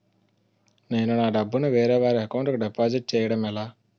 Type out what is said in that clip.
నేను నా డబ్బు ని వేరే వారి అకౌంట్ కు డిపాజిట్చే యడం ఎలా?